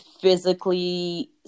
physically